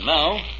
Now